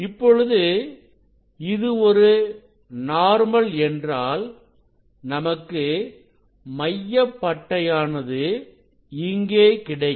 இப்பொழுது இது ஒரு நார்மல் என்றால் நமக்கு மையப் படையானது இங்கே கிடைக்கும்